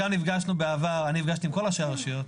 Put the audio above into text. בעבר אני עם כל ראשי הרשויות,